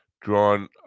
drawn